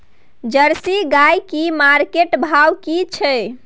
Jersey गाय की market भाव की छै?